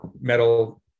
metal